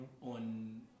on